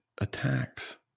attacks